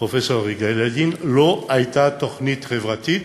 פרופסור יגאל ידין, לא הייתה תוכנית חברתית